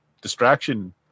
distraction